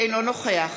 אינו נוכח